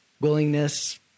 willingness